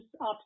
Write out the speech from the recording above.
up